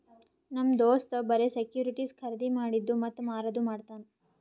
ನಮ್ ದೋಸ್ತ್ ಬರೆ ಸೆಕ್ಯೂರಿಟಿಸ್ ಖರ್ದಿ ಮಾಡಿದ್ದು ಮತ್ತ ಮಾರದು ಮಾಡ್ತಾನ್